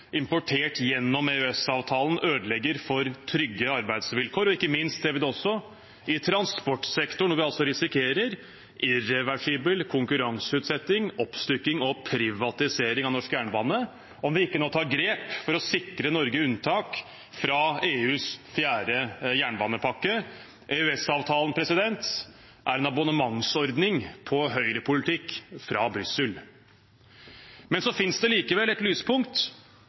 importert gjennom EØS-avtalen ødelegger for trygge arbeidsvilkår, og ikke minst ser vi det også i transportsektoren, hvor vi risikerer irreversibel konkurranseutsetting, oppstykking og privatisering av norsk jernbane om vi ikke nå tar grep for å sikre Norge unntak fra EUs fjerde jernbanepakke. EØS-avtalen er en abonnementsordning på høyrepolitikk fra Brussel. Så fins det likevel et lyspunkt.